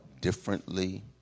differently